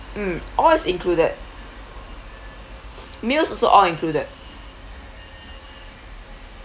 mm all is included meals also all included